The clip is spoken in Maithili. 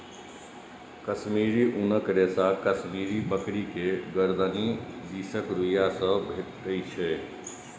कश्मीरी ऊनक रेशा कश्मीरी बकरी के गरदनि दिसक रुइयां से भेटै छै